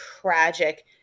tragic